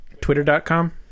Twitter.com